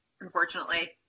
unfortunately